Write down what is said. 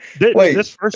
Wait